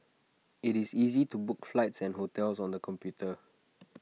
IT is easy to book flights and hotels on the computer